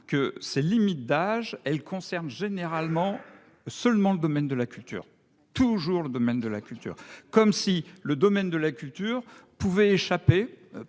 que ces limites d'âge elles concernent généralement seulement le domaine de la culture toujours le domaine de la culture comme si le domaine de la culture pouvait échapper